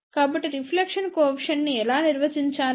కాబట్టి reflection coefficient ని ఎలా నిర్వచించాలి